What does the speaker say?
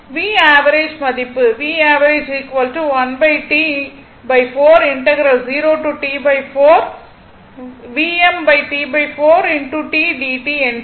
V average மதிப்புஎன்று ஆகும்